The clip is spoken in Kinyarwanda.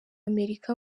amerika